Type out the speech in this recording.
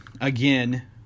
again